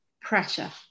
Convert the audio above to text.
pressure